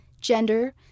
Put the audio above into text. gender